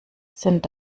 sind